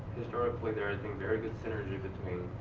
historically, there has been very good synergy between